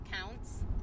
counts